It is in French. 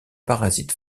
parasite